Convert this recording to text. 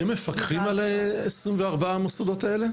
אתם מפקחים על 24 המוסדות האלה?